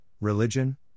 religion